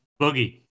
Boogie